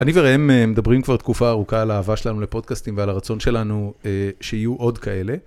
אני וראם, מדברים כבר תקופה ארוכה על אהבה שלנו לפודקאסטים, ועל הרצון שלנו שיהיו עוד כאלה.